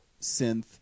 synth